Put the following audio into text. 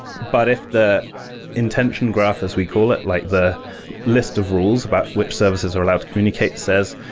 but if the intention graph, as we call it, like the list of rules about which services are allowed to communicate says,